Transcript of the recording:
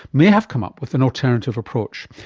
may have come up with an alternative approach.